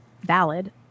valid